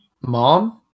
Mom